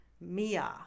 Mia